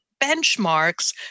benchmarks